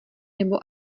nebo